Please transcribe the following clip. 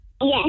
Yes